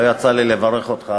לא יצא לי לברך אותך,